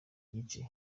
gice